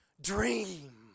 dream